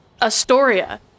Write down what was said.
Astoria